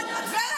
הגברת תרד.